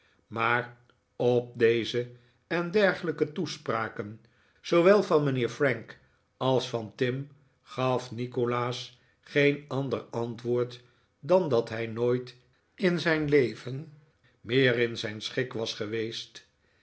maar op deze en dergelijke toespraken zoowel van mijnheer frank als van tim gaf nikolaas geen ander antwoord dan dat hij nooit in zijn leven meer in zijn schik was geweest